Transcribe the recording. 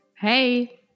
Hey